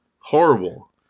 Horrible